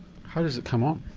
how does it come on?